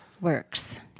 Works